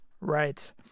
Right